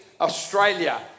Australia